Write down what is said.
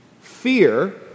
fear